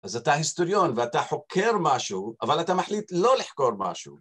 אז אתה היסטוריון ואתה חוקר משהו, אבל אתה מחליט לא לחקור משהו.